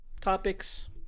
topics